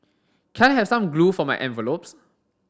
can I have some glue for my envelopes